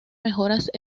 mejoras